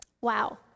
Wow